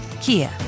Kia